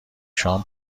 شام